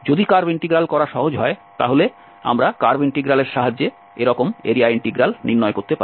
যদি curve integral করা সহজ হয় আমরা কার্ভ ইন্টিগ্রালের সাহায্যে এরকম এরিয়া ইন্টিগ্রাল নির্ণয় করতে পারি